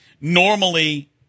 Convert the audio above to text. Normally